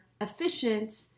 efficient